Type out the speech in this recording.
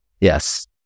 Yes